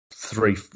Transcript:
Three